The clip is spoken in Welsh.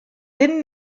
bum